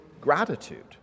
gratitude